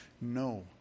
no